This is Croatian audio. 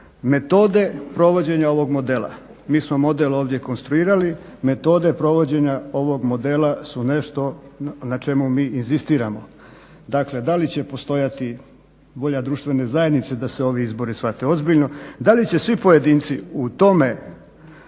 metode provođenja ovog modela. Mi smo model ovdje konstruirali, metode provođenja ovog modela su nešto na čemu mi inzistiramo. Dakle, da li će postojati volja društvene zajednice da se ovi izbori shvate ozbiljno, da li će svi pojedinci u tome